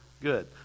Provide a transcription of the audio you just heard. good